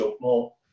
more